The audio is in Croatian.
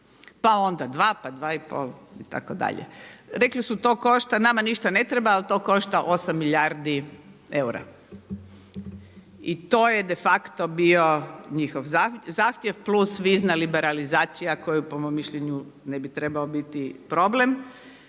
pa onda dva pa dva i pol itd. Rekli su nama ništa ne treba ali to košta 8 milijardi eura. I to je de facto bio njihov zahtjev plus vizna liberalizacija koja po mom mišljenju ne bi trebao biti problem.